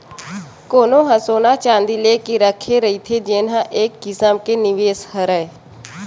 कोनो ह सोना चाँदी लेके रखे रहिथे जेन ह एक किसम के निवेस हरय